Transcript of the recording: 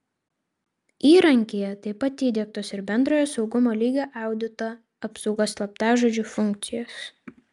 įrankyje taip pat įdiegtos ir bendrojo saugumo lygio audito apsaugos slaptažodžiu funkcijos